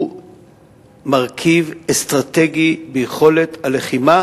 הוא מרכיב אסטרטגי ביכולת הלחימה